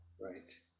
right